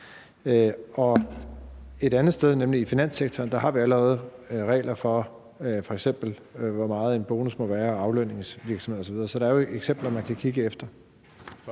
Og et andet sted, nemlig i finanssektoren, har vi f.eks. allerede regler for, hvor meget en bonus må være på, og aflønninger i virksomheder osv. Så der er jo eksempler, man kan kigge på.